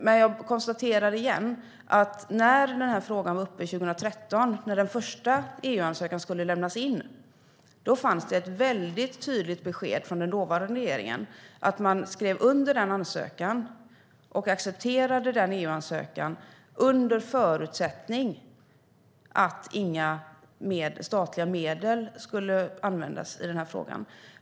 Men jag konstaterar igen att när den här frågan var uppe 2013, då den första EU-ansökan skulle lämnas in, fanns det ett väldigt tydligt besked från den dåvarande regeringen om att man skrev under och accepterade denna EU-ansökan under förutsättning att inga statliga medel skulle användas.